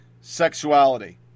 sexuality